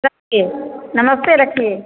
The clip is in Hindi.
नमस्ते रखिए